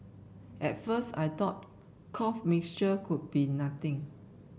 at first I thought cough mixture could be nothing